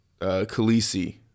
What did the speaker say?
Khaleesi